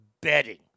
betting